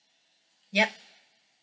yup